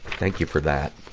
thank you for that.